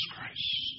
Christ